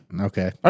okay